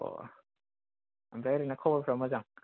अ ओमफ्राय ओरैनो खबरफ्रा मोजां